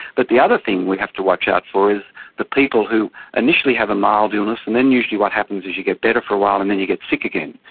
but the other thing we have to watch out for is the people who initially have a mild illness and then usually what happens is you get better for a while and then you get sick again,